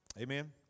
Amen